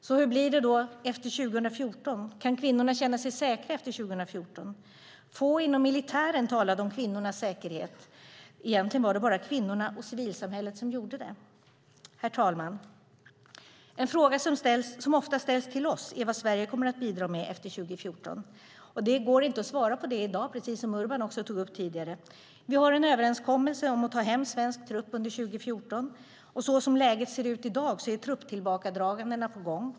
Så hur blir det då efter 2014? Kan kvinnorna känna sig säkra efter 2014? Få inom militären talade om kvinnornas säkerhet. Egentligen var det bara kvinnorna och civilsamhället som gjorde det. Herr talman! En fråga som ofta ställs till oss är vad Sverige kommer att bidra med efter 2014. Det går inte att svara på det i dag, som Urban sade tidigare. Vi har en överenskommelse om att ta hem svensk trupp under 2014. Så som läget ser ut i dag är trupptillbakadragandena på gång.